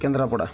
Kendrapara